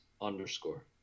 underscore